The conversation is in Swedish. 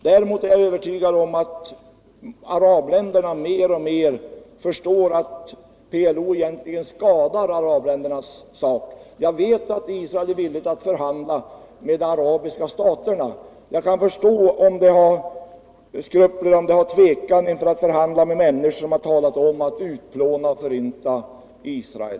Däremot är jag övertygad om att arabländerna mer och mer förstår att PLO egentligen skadar deras sak. Jag vet att Israel är villigt att förhandla med de arabiska staterna, men jag kan förstå de israeliska ledarna om de hyser skrupler inför att förhandla med människor som har talat om att förinta och utplåna Israel.